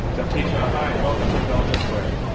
zephyr teachout. hi. welcome to intelligence squared.